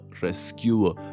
rescuer